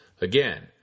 Again